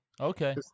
Okay